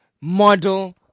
Model